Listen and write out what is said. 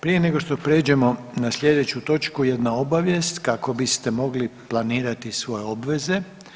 Prije nego što prijeđemo na sljedeću točku, jedna obavijest kako biste mogli planirati svoje obveze.